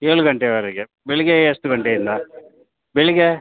ಏಳು ಗಂಟೆಯವರೆಗೆ ಬೆಳಗ್ಗೆ ಎಷ್ಟು ಗಂಟೆಯಿಂದ ಬೆಳಗ್ಗೆ